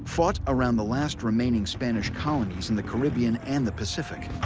fought around the last remaining spanish colonies in the caribbean and the pacific.